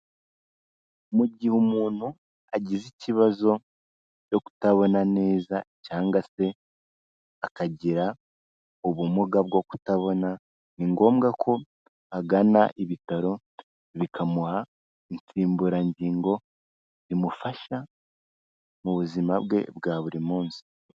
Mu gihe umuntu agize ikibazo cyo kutabona neza cyangwa se akagira ubumuga bwo kutabona, ni ngombwa ko agana ibitaro bikamuha insimburangingo zimufasha mu buzima bwe bwa buri munsi.